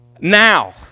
now